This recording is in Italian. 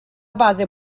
base